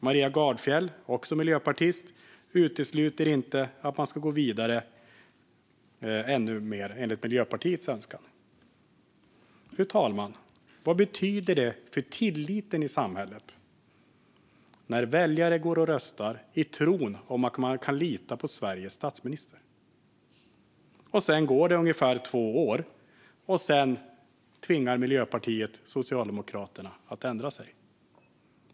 Maria Gardfjell, också miljöpartist, utesluter inte att man ska gå ännu längre i enlighet med Miljöpartiets önskan. Fru talman! Vad betyder det för tilliten i samhället när väljare går och röstar i tron att de kan lita på Sveriges statsminister? Sedan går det ungefär två år, och Miljöpartiet tvingar Socialdemokraterna att ändra sig.